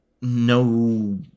no